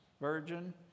virgin